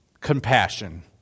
compassion